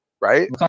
right